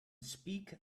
speak